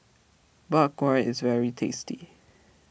Bak Kwa is very tasty